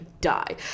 die